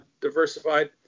diversified